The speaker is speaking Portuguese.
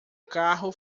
carro